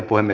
asia